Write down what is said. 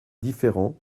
différent